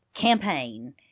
campaign